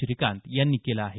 श्रीकांत यांनी केलं आहे